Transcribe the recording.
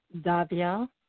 Davia